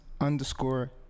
underscore